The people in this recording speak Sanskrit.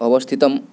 अवस्थितं